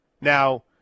Now